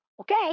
Okay